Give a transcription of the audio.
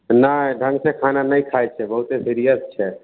नहि ढङ्गसँ खाना नहि खाइ छै बहुते सीरिअस छै